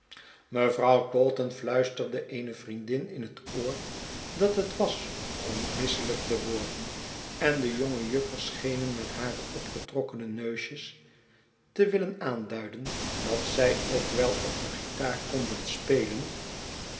mevrouw taunton jfluistcrde eene vriendin in het oor dat het was om misselijk te worden en de jonge juffers schenen met hare opgetrokkene neusjes te willen aanduiden dat zij ook wel op de guitar konden spelen